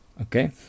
Okay